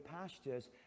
pastures